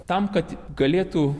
tam kad galėtų